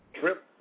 trip